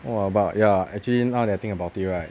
!wah! but ya actually now that I think about it right